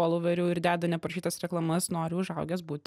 foloverių ir deda neprašytas reklamas nori užaugęs būt